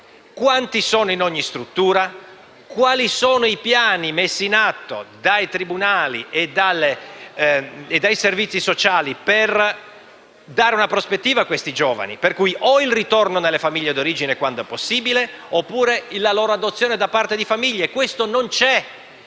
quanti sono in ogni struttura e quali sono i piani messi in atto dai tribunali e dai servizi sociali per dare una prospettiva a questi giovani, cioè il loro ritorno alle famiglie di origine, quando è possibile, oppure la loro adozione da parte di altre famiglie. Questo